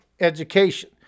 Education